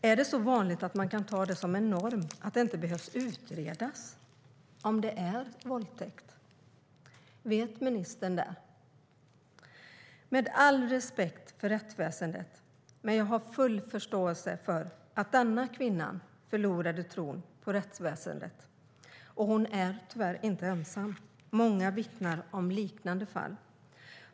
Är det så vanligt att man kan ta det som en norm för att det inte behövs utredas om det är våldtäkt? Vet ministern det? Jag har all respekt för rättsväsendet, men jag har full förståelse för att den kvinnan förlorade tron på rättsväsendet. Och hon är tyvärr inte ensam. Många vittnar om liknande fall.